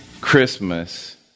Christmas